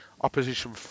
opposition